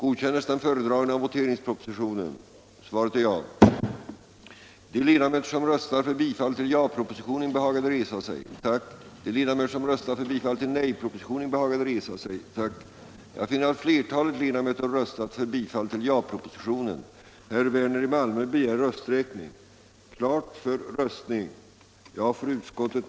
I fråga om detta betänkande hålles gemensam överläggning för samtliga punkter. Under den gemensamma överläggningen får yrkanden framställas beträffande samtliga punkter i betänkandet. I det följande redovisas endast de punkter, vid vilka under överläggningen framställts särskilda yrkanden.